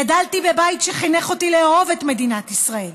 גדלתי בבית שחינך אותי לאהוב את מדינת ישראל.